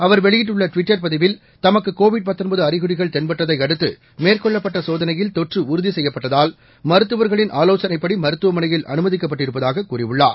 அவர் வெளியிட்டுள்ள ட்விட்டர் பதிவில் தமக்கு கோவிட் அறிகுறிகள் தென்பட்டதை அடுத்து மேற்கொள்ளப்பட்ட சோதனையில் தொற்று உறுதி செய்யப்பட்டதால் மருத்துவர்களின் ஆலோசனைப்படி மருத்துவமனையில் அனுமதிக்கப்பட்டிருப்பதாக கூறியுள்ளார்